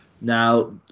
now